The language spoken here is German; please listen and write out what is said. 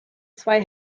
zwei